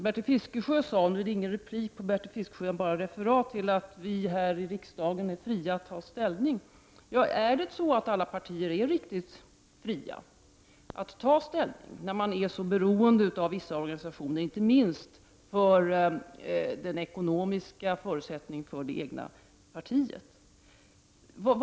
Bertil Fiskesjö sade — eftersom jag inte har rätt till någon replik på Bertil Fiskesjös anförande vill jag bara göra detta referat — att vi här i riksdagen är fria att ta ställning. Är alla partier riktigt fria att ta ställning, när en del partier är så beroende av vissa organisationer, inte minst för de ekonomiska förutsättningarna för det egna partiets verksamhet?